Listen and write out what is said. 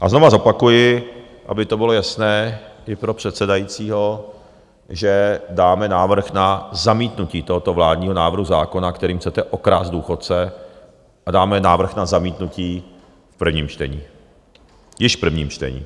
A znovu zopakuji, aby to bylo jasné i pro předsedajícího, že dáme návrh na zamítnutí tohoto vládního návrhu zákona, kterým chcete okrást důchodce, a dáme návrh na zamítnutí již v prvním čtení.